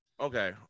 Okay